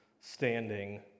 standing